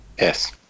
Yes